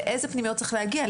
באיזה פנימיות צריך להגיע.